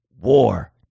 war